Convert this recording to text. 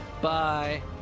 bye